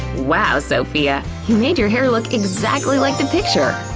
wow, sophia! you made your hair look exactly like the picture!